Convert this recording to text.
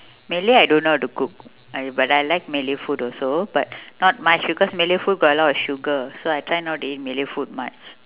malay I don't know how to cook I but I like malay food also but not much because malay food got a lot of sugar so I try not to eat malay food much